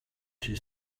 she